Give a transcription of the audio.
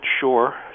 sure